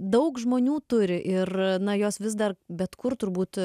daug žmonių turi ir na jos vis dar bet kur turbūt